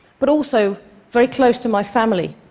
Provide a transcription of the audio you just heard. but also very close to my family.